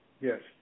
Yes